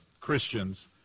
Christians